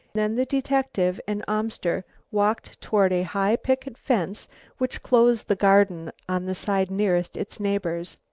then the detective and amster walked toward a high picket fence which closed the garden on the side nearest its neighbours.